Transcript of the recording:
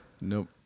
Nope